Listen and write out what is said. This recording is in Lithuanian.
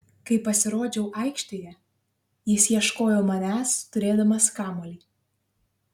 kai pasirodžiau aikštėje jis ieškojo manęs turėdamas kamuolį